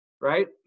right